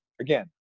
again